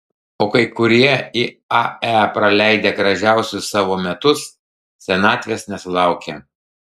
o kai kurie iae praleidę gražiausius savo metus senatvės nesulaukia